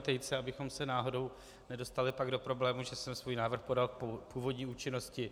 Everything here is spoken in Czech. Tejce, abychom se náhodou nedostali pak do problémů, že jsem svůj návrh podal v původní účinnosti.